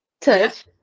touch